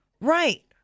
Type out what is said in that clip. Right